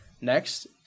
Next